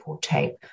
tape